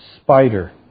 spider